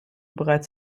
bereits